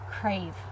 crave